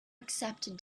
accepted